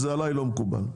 זה לא מקובל עליי.